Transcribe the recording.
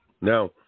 Now